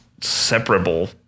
separable